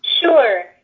Sure